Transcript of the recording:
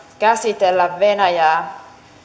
käsitellä venäjää